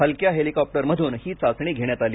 हलक्या हेलिकॉप्टरमधून ही चाचणी घेण्यात आली